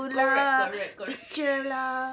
correct correct correct